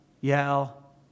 yell